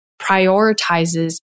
prioritizes